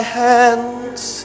hands